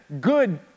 good